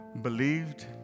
believed